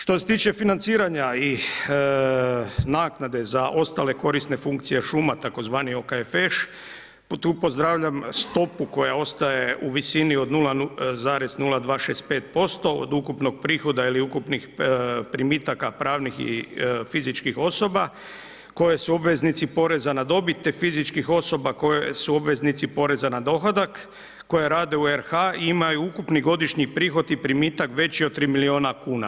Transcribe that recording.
Što se tiče financiranja i naknade za ostale korisne funkcije šuma, tzv. OKFŠ, tu pozdravljam stopu koja ostaje u visini 0,0265% od ukupnog prihoda ili ukupnih primitaka pravnih i fizičkih osoba koje su obveznici poreza na dobit te fizičkih osoba koje su obveznici poreza na dohodak koje rade u RH i imaju ukupni godišnji prihod i primitak veći od 3 milijuna kuna.